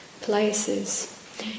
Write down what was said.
places